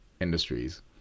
industries